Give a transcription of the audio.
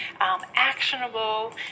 actionable